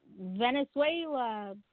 Venezuela